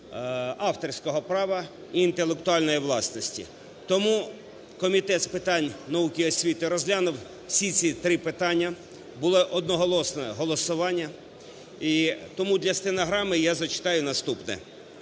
авторського права і інтелектуальної власності. Тому Комітет з питань науки і освіти розглянув всі ці три питання, було одноголосне голосування. Тому для стенограми я зачитаю наступне.